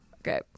Okay